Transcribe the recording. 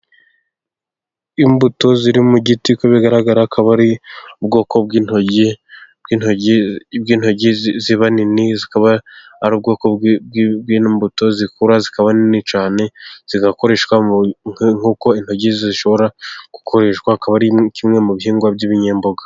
Imbuto ziri mu giti uko bigaragara akaba ari ubwoko bw'intoryi bw'intoryi ziba nini, zikaba ari ubwoko bw'imbuto zikura zikaba nini cyane zigakoreshwa nk'uko intoryi zishobora gukoreshwa ,akaba ari kimwe mu bihingwa by'ibinyemboga.